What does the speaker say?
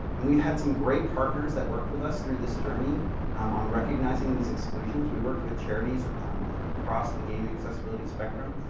and we had some great partners that worked with us through this journey um on recognizing these exclusions. we worked with charities across the game accessibility spectrum,